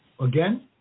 again